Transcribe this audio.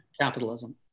capitalism